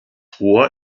rohr